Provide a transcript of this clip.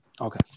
Okay